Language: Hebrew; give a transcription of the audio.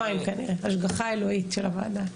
כנראה, השגחה אלוהית של הוועדה.